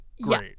great